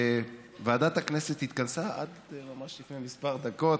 ועדת הכנסת התכנסה לפני ממש כמה דקות,